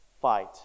Fight